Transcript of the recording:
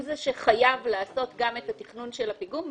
זה שחייב לעשות גם את התכנון של הפיגום,